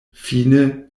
fine